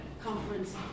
Conference